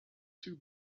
two